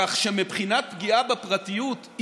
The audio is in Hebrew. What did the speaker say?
כך שמבחינת פגיעה בפרטיות,